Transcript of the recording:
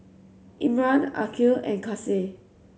Imran Aqil and Kasih